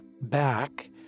back